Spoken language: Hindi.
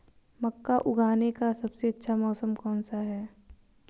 मक्का उगाने का सबसे अच्छा मौसम कौनसा है?